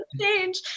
change